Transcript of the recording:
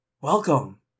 Welcome